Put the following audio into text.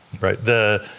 right